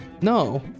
No